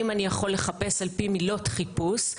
אם אני יכול לחפש על-פי מילות חיפוש,